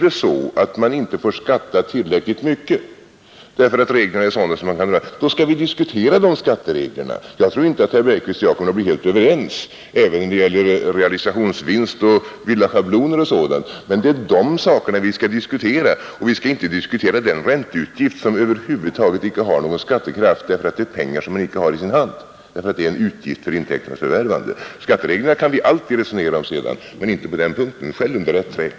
Om man då inte får skatta tillräckligt mycket på grund av reglernas utforming, skall vi diskutera skattereglerna. Jag tror inte att herr Bergqvist och jag kommer att bli helt överens när det gäller realisationsvinster, villaschabloner och sådant, men det är de sakerna vi skall diskutera och inte ränteutgifter som över huvud taget icke har någon skattekraft, eftersom de är utgifter för intäkternas förvärvande och pengar som man icke har i sin hand. Skattereglerna kan vi alltid resonera om sedan, men inte på den punkten. Skäll under rätt träd!